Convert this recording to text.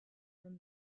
from